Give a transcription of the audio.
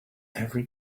every